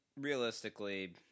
realistically